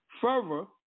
Further